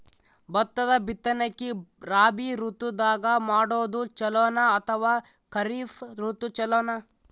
ಭತ್ತದ ಬಿತ್ತನಕಿ ರಾಬಿ ಋತು ದಾಗ ಮಾಡೋದು ಚಲೋನ ಅಥವಾ ಖರೀಫ್ ಋತು ಚಲೋನ?